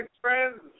friends